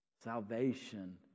Salvation